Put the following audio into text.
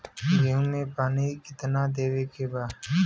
गेहूँ मे पानी कितनादेवे के बा?